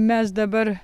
mes dabar